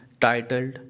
titled